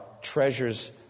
treasures